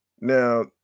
Now